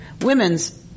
women's